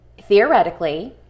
theoretically